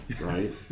right